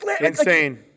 Insane